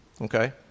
Okay